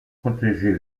protéger